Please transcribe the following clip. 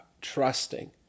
trusting